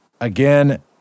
again